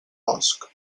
bosc